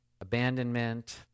abandonment